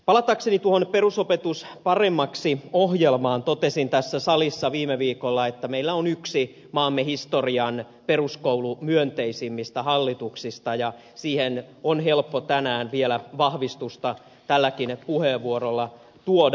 palatakseni tuohon perusopetus paremmaksi ohjelmaan totesin tässä salissa viime viikolla että meillä on yksi maamme historian peruskoulumyönteisimmistä hallituksista ja siihen on helppo tänään vielä vahvistusta tälläkin puheenvuorolla tuoda